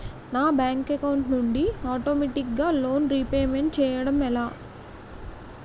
నా bank account నుండి ఆటోమేటిగ్గా లోన్ రీపేమెంట్ చేయడం ఎలా?